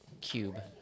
cube